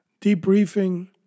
Debriefing